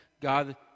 God